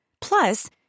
Plus